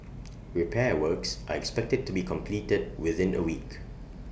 repair works are expected to be completed within A week